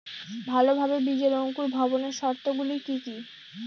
ভালোভাবে বীজের অঙ্কুর ভবনের শর্ত গুলি কি কি?